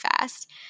fast